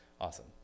Awesome